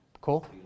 Cool